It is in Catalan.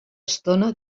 estona